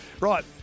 Right